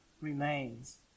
remains